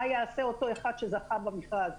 מה יעשה אותו אחד שיזכה במכרז?